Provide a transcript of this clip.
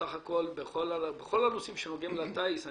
בסך הכול בכל הנושאים שנוגעים לטיס,